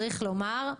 צריך לומר,